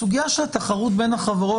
הסוגיה של התחרות בין החברות,